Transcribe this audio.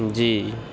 جی